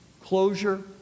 closure